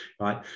right